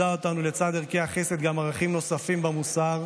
לצד ערכי החסד התורה לימדה אותנו ערכים נוספים במוסר,